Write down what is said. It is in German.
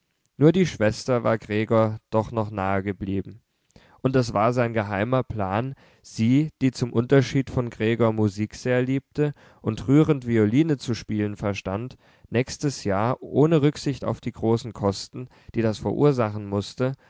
nur die schwester war gregor doch noch nahe geblieben und es war sein geheimer plan sie die zum unterschied von gregor musik sehr liebte und rührend violine zu spielen verstand nächstes jahr ohne rücksicht auf die großen kosten die das verursachen mußte